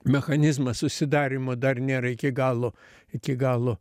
mechanizmas susidarymo dar nėra iki galo iki galo